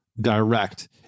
direct